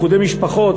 לאיחוד משפחות,